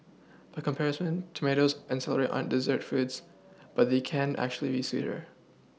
by comparison tomatoes and celery aren't dessert foods but they can actually be sweeter